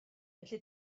felly